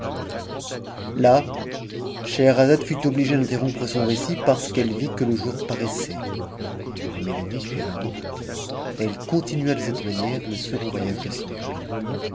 scheherazade fut obligée d'interrompre son récit parce qu'elle vit que le jour paraissait mais la nuit suivante elle continua de cette manière le second voyage de